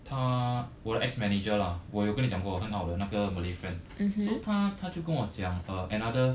他我的 ex manager lah 我有跟你讲过很好的那个 malay friend so 他他就跟我讲 uh another